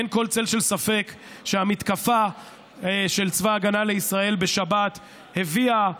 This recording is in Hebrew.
אין כל צל של ספק שהמתקפה של צבא ההגנה לישראל בשבת הביאה,